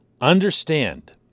Understand